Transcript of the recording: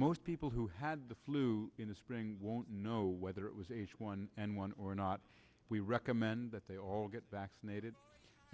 most people who had the flu in the spring won't know whether it was h one n one or not we recommend that they all get vaccinated